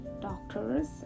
doctors